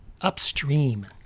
upstream